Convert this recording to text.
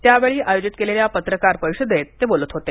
त्यावेळी आयोजित केलेल्या पत्रकार परिषदेत ते बोलत होते